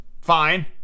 fine